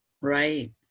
Right